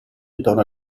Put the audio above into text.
intorno